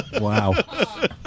Wow